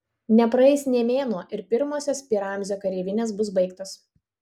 nepraeis nė mėnuo ir pirmosios pi ramzio kareivinės bus baigtos